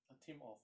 a team of